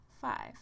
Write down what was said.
five